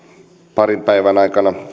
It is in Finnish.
parin päivän aikana